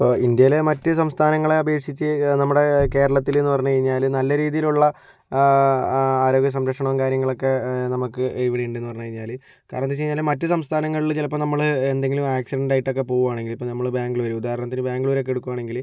ഇപ്പോൾ ഇന്ത്യയിലെ മറ്റ് സംസ്ഥാനങ്ങളെ അപേക്ഷിച്ച് നമ്മുടെ കേരളത്തിൽ എന്ന് പറഞ്ഞ് കഴിഞ്ഞാൽ നല്ല രീതിയിലുള്ള ആരോഗ്യ സംരക്ഷണവും കാര്യങ്ങളുമൊക്കെ നമുക്ക് ഇവിടെയുണ്ടെന്ന് പറഞ്ഞ് കഴിഞ്ഞാൽ കാരണം എന്താണെന്ന് വച്ച് കഴിഞ്ഞാൽ മറ്റ് സംസ്ഥാനങ്ങളിൽ ചിലപ്പോൾ നമ്മൾ എന്തെങ്കിലും ആക്സിഡന്റായിട്ടൊക്കെ പോവുകയാണെങ്കിൽ ഇപ്പോൾ നമ്മൾ ബാംഗ്ലൂർ ഉദാഹരണത്തിന് ബാംഗ്ലൂരൊക്കെ എടുക്കുകയാണെങ്കിൽ